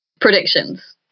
predictions